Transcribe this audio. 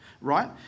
right